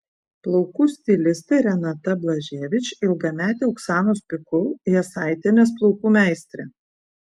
plaukų stilistė renata blaževič ilgametė oksanos pikul jasaitienės plaukų meistrė